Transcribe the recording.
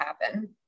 happen